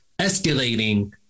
escalating